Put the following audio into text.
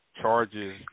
charges